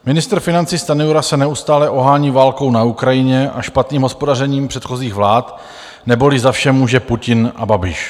Ministr financí Stanjura se neustále ohání válkou na Ukrajině a špatným hospodařením předchozích vlád, neboli za vše může Putin a Babiš.